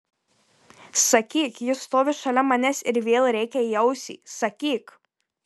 sakyk ji stovi šalia manęs ir vėl rėkia į ausį sakyk